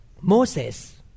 Moses